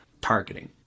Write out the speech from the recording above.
targeting